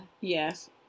Yes